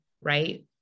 Right